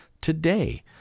today